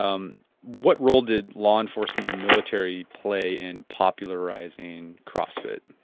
um what role did law enforcement and military play in popularizing crossfit?